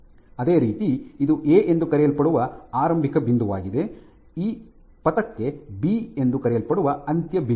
ಅದೇ ರೀತಿ ಇದು ಎ ಎಂದು ಕರೆಯಲ್ಪಡುವ ಆರಂಭಿಕ ಬಿಂದುವಾಗಿದೆ ಇದು ಈ ಪಥಕ್ಕೆ ಬಿ ಎಂದು ಕರೆಯಲ್ಪಡುವ ಅಂತ್ಯ ಬಿಂದು